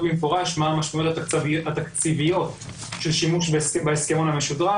במפורש מה המשמעויות התקציביות של שימוש בהסכמון המשודרג,